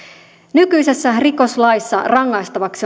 nykyisessä rikoslaissa rangaistavaksi